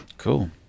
Cool